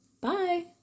bye